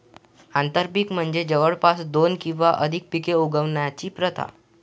आंतरपीक म्हणजे जवळपास दोन किंवा अधिक पिके उगवण्याची प्रथा